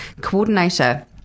Coordinator